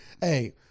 hey